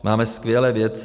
Máme skvělé vědce.